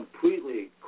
completely